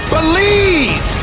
Believe